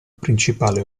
principale